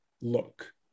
look